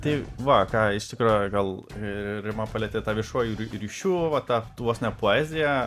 tai va ką iš tikrųjų gal ri rima palietė tą viešojų irgi ryšių va tą tuos ne poeziją